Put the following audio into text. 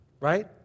right